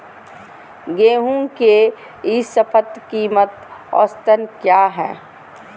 गेंहू के ई शपथ कीमत औसत क्या है?